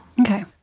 Okay